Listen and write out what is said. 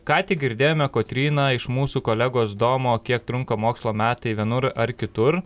ką tik girdėjome kotryna iš mūsų kolegos domo kiek trunka mokslo metai vienur ar kitur